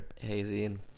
hazy